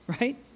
right